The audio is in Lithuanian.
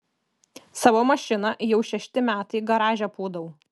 savo mašiną jau šešti metai garaže pūdau